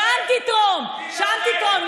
שם תתרום, שם תתרום.